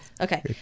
Okay